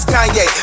Kanye